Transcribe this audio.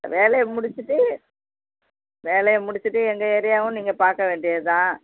வேலையை முடிச்சுட்டு வேலையை முடிச்சுட்டு எங்கள் ஏரியாவும் நீங்கள் பார்க்க வேண்டியதுதான்